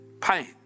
pain